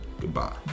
goodbye